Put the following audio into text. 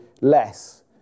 less